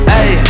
Hey